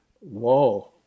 Whoa